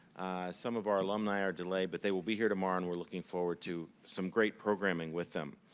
some of our alumni are delayed, but they will be here tomorrow and we're looking forward to some great programming with them.